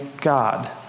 God